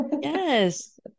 Yes